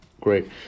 great